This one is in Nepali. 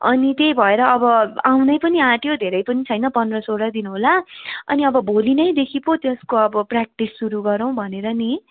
अनि त्यही भएर अब आउनै पनि आँट्यो धेरै पनि छैन पन्ध्र सोह्र दिन होला अनि अब भोलि नै देखि पो त्यसको अब प्र्याक्टिस सुरु गरौँ भनेर नि